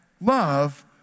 love